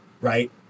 Right